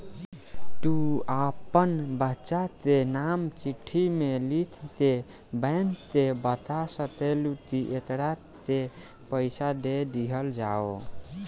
तू आपन बच्चन के नाम चिट्ठी मे लिख के बैंक के बाता सकेलू, कि एकरा के पइसा दे दिहल जाव